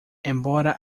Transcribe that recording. embora